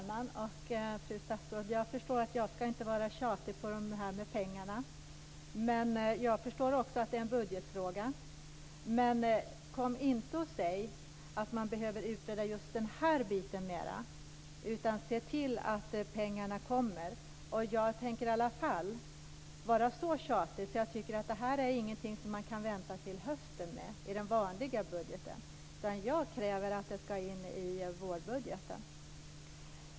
Fru talman! Fru statsråd! Jag förstår att jag inte ska vara tjatig när det gäller pengarna, och jag förstår också att det är en budgetfråga. Men kom inte och säg att man behöver utreda just denna bit mera, utan se till att pengarna kommer. Jag tänker i alla fall vara så tjatig att jag säger att detta inte är någonting som kan vänta till hösten och den vanliga budgeten. Jag kräver att det tas in i vårbudgeten.